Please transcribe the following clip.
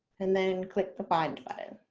and then click the find button.